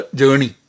journey